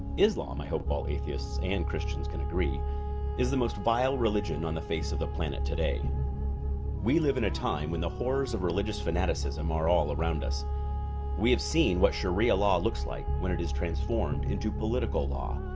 islam i hope all a theists and christians can agree is the most vile religion on the face of the planet today we live in a time when the horrors of religious fanaticism are all around us we have seen what sharia law looks like when it is transformed into political law.